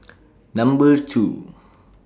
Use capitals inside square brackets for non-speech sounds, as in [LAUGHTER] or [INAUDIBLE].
[NOISE] Number two